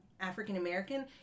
african-american